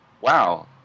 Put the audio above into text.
wow